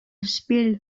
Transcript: spill